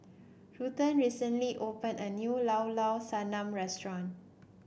Ruthann recently opened a new Llao Llao Sanum restaurant